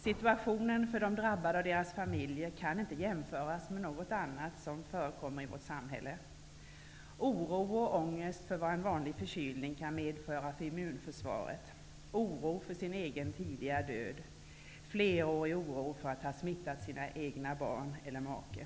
Situationen för de drabbade och deras familjer kan inte jämföras med något annat som förekommer i vårt samhälle. Att vara hivsmittad innebär bl.a. oro och ångest för vad en vanlig förkylning kan medföra för immunförsvaret, oro för sin egen för tidiga död, flerårig oro för att ha smittat egna barn eller make.